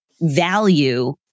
value